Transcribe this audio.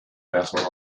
battle